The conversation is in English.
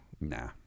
Nah